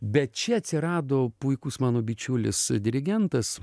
bet čia atsirado puikus mano bičiulis dirigentas